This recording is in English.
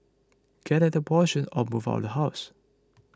get an abortion or move out the house